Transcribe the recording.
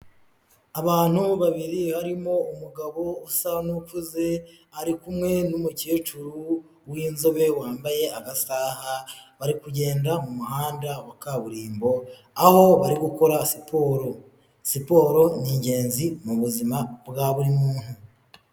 Abantu babiri, harimo umugabo usa n'ukuze, ari kumwe n'umukecuru w'inzobe wambaye agasaha, bari kugenda mu muhanda wa kaburimbo, aho bari gukora siporo, siporo ni ingenzi mu buzima bwa buri muntu.